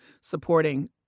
supporting